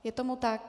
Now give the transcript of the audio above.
Je tomu tak?